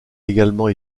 également